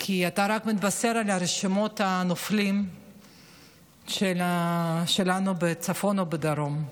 כי אתה רק מתבשר על רשימות הנופלים שלנו בצפון או בדרום.